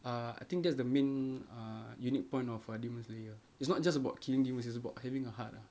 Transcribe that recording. uh I think that's the main ah unique point of ah demon slayer it's not just about killing demons it's about having a heart